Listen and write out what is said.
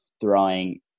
throwing